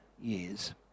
years